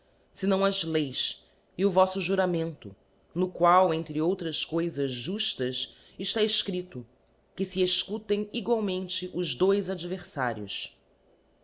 senão as leis e o voffo xmento no qual entre outras coifas juftas eftá efcri x que fe efcutem egualmente os dois adverfarios